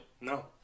No